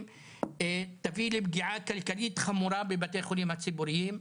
תביא לפגיעה כלכלית חמור בבתי החולים הציבוריים,